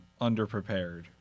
underprepared